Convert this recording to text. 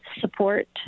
support